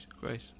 great